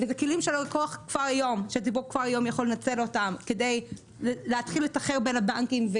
אלה כלים שהלקוח יכול לנצל כבר היום כדי להתחיל לתחר בין הבנקים,